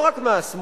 לא רק מהשמאל,